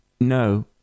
no